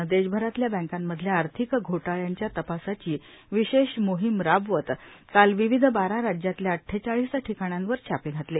नं देशभरातल्या बँकांमधल्या आर्थिक घोटाळ्यांच्या तपासाची विशेष मोहीम राबवत काल विविध बारा राज्यांतल्या अड्डेचाळीस ठिकाणांवर छापे घातले